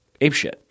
apeshit